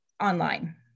online